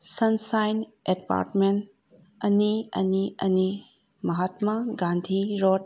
sunshine Apartment ꯑꯅꯤ ꯑꯅꯤ ꯑꯅꯤ ꯃꯍꯥꯇꯃꯥ ꯒꯥꯟꯙꯤ ꯔꯣꯠ